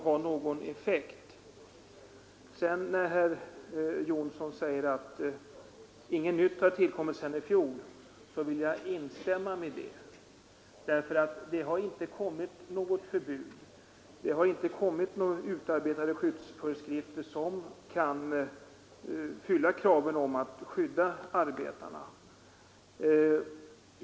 Herr Johnsson säger att inget nytt har tillkommit sedan i fjol, och jag vill instämma i det. Det har nämligen inte införts något förbud eller utarbetats några skyddsföreskrifter, som kan fylla kravet att arbetarna skall skyddas.